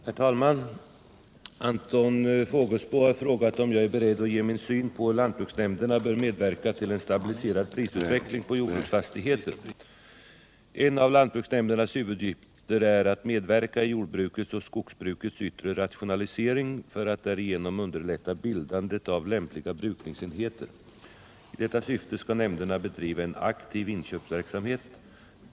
Herr talman! Anton Fågelsbo har frågat om jag är beredd att ge min syn på hur lantbruksnämnderna bör medverka till en stabiliserad prisutveckling på jordbruksfastigheter. En av lantbruksnämndernas huvuduppgifter är att medverka i jordbrukets och skogsbrukets yttre rationalisering för att därigenom underlätta bildandet av lämpliga brukningsenheter. I detta syfte skall nämnderna bedriva en aktiv inköpsverksamhet.